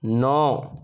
नौ